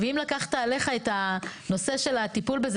ואם לקחת עליך את הנושא של הטיפול בזה